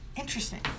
Interesting